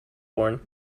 born